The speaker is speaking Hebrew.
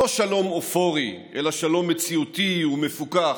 לא שלום אופורי אלא שלום מציאותי ומפוכח.